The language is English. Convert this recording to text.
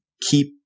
keep